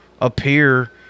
appear